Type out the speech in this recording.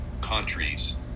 countries